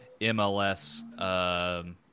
MLS